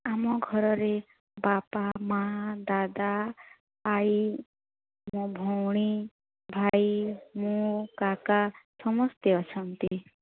ଆମ ଘରରେ ପାପା ମାଆ ଦାଦା ଆଈ ମୋ ଭଉଣୀ ଭାଇ ମୁଁ କାକା ସମସ୍ତେ ଅଛନ୍ତି